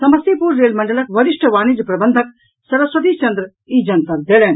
Samastipur rail मंडलक वरिष्ठ वाणिज्य प्रबंधक सरस्वती चन्द्र ई जनतब देलनि